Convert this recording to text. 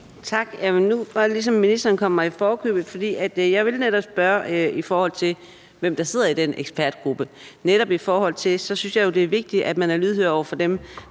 Tak. Nu var det, som om ministeren kom mig i forkøbet, for jeg ville netop spørge til, hvem der sidder i den ekspertgruppe. Netop i forhold til det her område synes jeg jo, det er vigtigt, at man er lydhør over for dem,